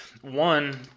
one